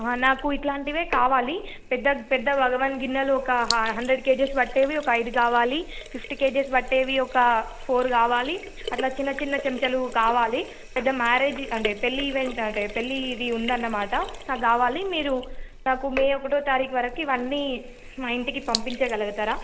నాకు ఇలాంటివి కావాలి పెద్ద పెద్ద భగవాన్ గిన్నెలు ఒక హ హండ్రెడ్ కేజెస్ పట్టేవి ఒక ఐదు కావాలి ఫిఫ్టీ కేజెస్ పట్టేవి ఒక ఫోర్ కావాలి అట్లా చిన్న చిన్న చెంచాలు కావాలి పెద్ద మ్యారేజ్ అంటే పెళ్ళి ఈవెంట్ అంటే పెళ్లి ఇది ఉంది అన్నమాట నాకు కావాలి మీరు నాకు మే ఒకటవ తారీఖు వరకు ఇవన్నీ మా ఇంటికి పంపించగలుగుతారా